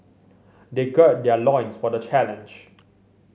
they gird their loins for the challenge